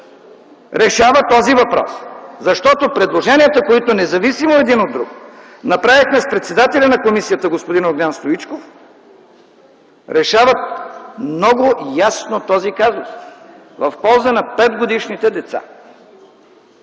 решава, защото предложенията, които независимо един от друг направихме с председателя на комисията господин Огнян Стоичков, решават много ясно този казус в полза на 5 годишните деца.